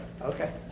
Okay